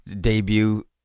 debut